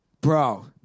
Bro